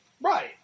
Right